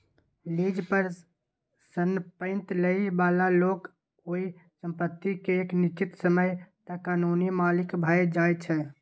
lease पर संपैत लइ बला लोक ओइ संपत्ति केँ एक निश्चित समय तक कानूनी मालिक भए जाइ छै